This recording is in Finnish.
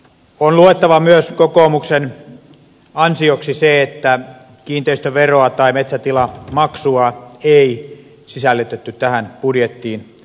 on luettava myös kokoomuksen ansioksi se että kiinteistöveroa tai metsätilamaksua ei sisällytetty tähän budjettiin